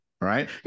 Right